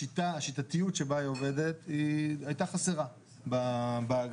השיטתיות שבה היא עובדת היא הייתה חסרה באגף.